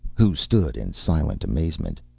who stood in silent amazement.